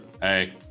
hey